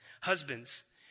Husbands